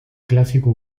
clásico